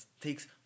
takes